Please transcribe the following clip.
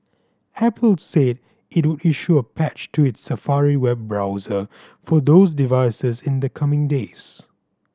apple said it would issue a patch to its Safari web browser for those devices in the coming days